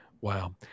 Wow